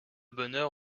bonheur